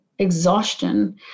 exhaustion